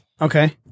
Okay